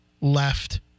left